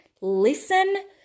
listen